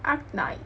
Arcknights